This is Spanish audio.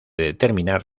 determinar